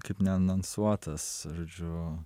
kaip neanonsuotas žodžiu